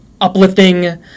uplifting